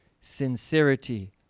sincerity